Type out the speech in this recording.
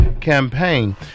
campaign